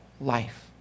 life